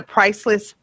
Priceless